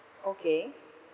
okay